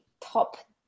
top